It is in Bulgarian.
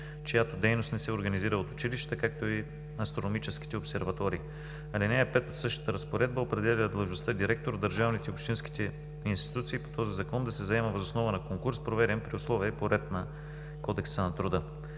чиято дейност не се организира от училищата, както и астрономическите обсерватории. Алинея 5 от същата разпоредба определя длъжността „директор“ в държавните и общинските институции по този Закон да се заема въз основа на конкурс, проведен при условия и по ред на Кодекса на труда.